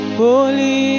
holy